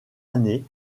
année